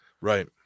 right